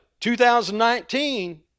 2019